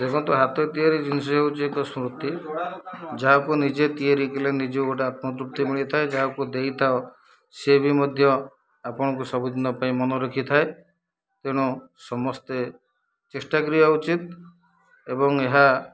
ଦେଖନ୍ତୁ ହାତ ତିଆରି ଜିନିଷ ହେଉଛି ଏକ ସ୍ମୃତି ଯାହାକୁ ନିଜେ ତିଆରି କଲେ ନିଜେ ଗୋଟେ ଆତ୍ମ ତୃପ୍ତି ମିଳିଥାଏ ଯାହାକୁ ଦେଇଥାଉ ସିଏ ବି ମଧ୍ୟ ଆପଣଙ୍କୁ ସବୁଦିନ ପାଇଁ ମନେ ରଖିଥାଏ ତେଣୁ ସମସ୍ତେ ଚେଷ୍ଟା କରିବା ଉଚିତ୍ ଏବଂ ଏହା